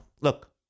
look